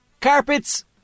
carpets